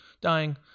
dying